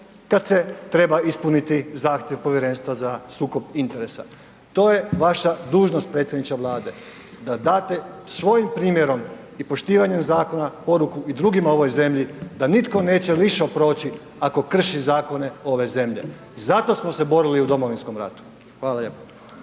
kada se treba ispuniti zahtjev Povjerenstva za sukob interesa. To je vaša dužnost predsjedniče Vlade da date svojim primjerom i poštivanjem zakona poruku i drugima u ovoj zemlji da nitko neće … proći ako krši zakone ove zemlje. Zato smo se borili u Domovinskom ratu. Hvala lijepo.